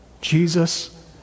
jesus